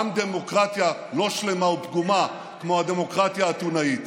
גם דמוקרטיה לא שלמה ופגומה כמו הדמוקרטיה האתונאית.